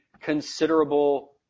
considerable